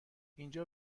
اینجا